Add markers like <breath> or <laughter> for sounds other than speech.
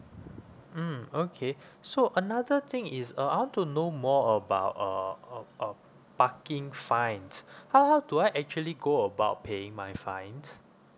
mm okay <breath> so another thing is uh I want to know more about uh um um parking fines <breath> how how do I actually go about paying my fines